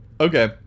okay